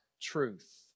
truth